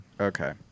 Okay